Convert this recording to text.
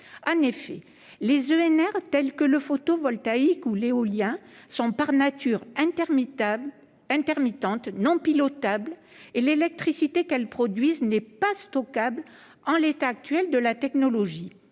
En effet, les EnR, telles que le photovoltaïque ou l'éolien, sont par nature intermittentes, non pilotables, et l'électricité qu'elles produisent n'est pas stockable en l'état actuel de la technologie.